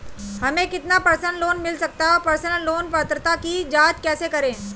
हमें कितना personal loan मिल सकता है और पर्सनल लोन पात्रता की जांच कैसे करें?